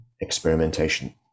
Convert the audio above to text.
experimentation